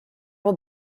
will